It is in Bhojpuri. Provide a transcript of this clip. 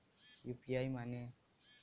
यू.पी.आई माने?